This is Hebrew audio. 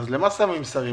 אז למה יש שרים?